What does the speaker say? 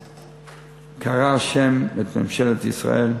קרע ה' את ממשלת ישראל,